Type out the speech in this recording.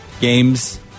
games